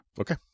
Okay